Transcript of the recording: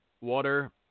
water